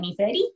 2030